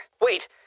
Wait